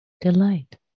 delight